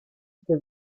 für